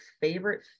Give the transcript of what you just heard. favorite